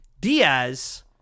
Diaz